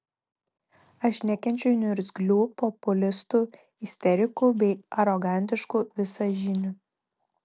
aš nekenčiu niurzglių populistų isterikų bei arogantiškų visažinių